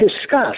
discuss